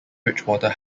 bridgewater